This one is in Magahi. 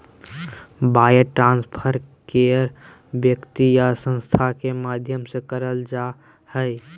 वायर ट्रांस्फर कोय व्यक्ति या संस्था के माध्यम से करल जा हय